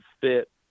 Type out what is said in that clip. fit